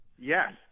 Yes